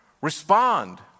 Respond